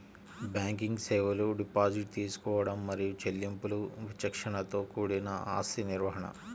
banking సేవలు deposit తీసుకోవడం మరియు చెల్లింపులు విచక్షణతో కూడిన ఆస్తి నిర్వహణ,